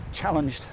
challenged